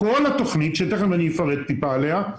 כל התוכנית שתכף אני אפרט מעט עליה,